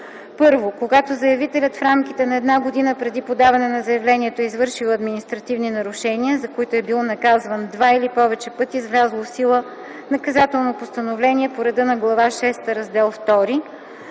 1. когато заявителят в рамките на една година преди подаване на заявлението е извършил административни нарушения, за които е бил наказван два или повече пъти с влязло в сила наказателно постановление по реда на глава шеста, раздел